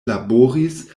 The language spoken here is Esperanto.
laboris